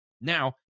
Now